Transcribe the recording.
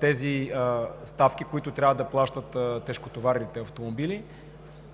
тези ставки, които трябва да плащат тежкотоварните автомобили.